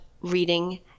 reading